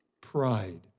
pride